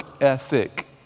ethic